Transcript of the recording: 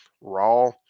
raw